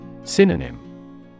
Synonym